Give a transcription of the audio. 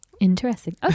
interesting